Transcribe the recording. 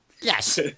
Yes